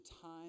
time